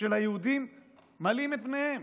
של היהודים מלים את בניהם